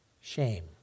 shame